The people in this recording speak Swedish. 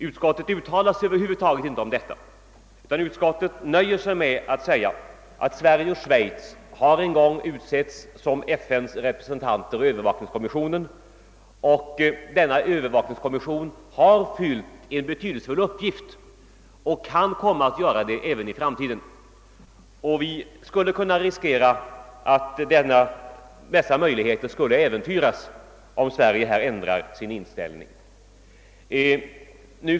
Utskottet uttalar sig emellertid över huvud taget inte om detta, utan nöjer sig med att säga att Sverige och Schweiz en gång har utsetts som FN:s representanter i övervakningskommissionen. Denna övervakningskommission har fyllt en betydelsefull uppgift och kan komma att göra det även i framtiden. Dessa möjligheter skulle äventyras, om Sverige ändrade sin inställning.